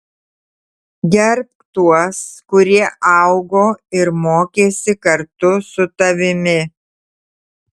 gerbk tuos kurie augo ir mokėsi kartu su tavimi